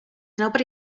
nobody